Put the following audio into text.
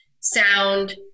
sound